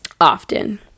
often